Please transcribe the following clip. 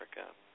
Africa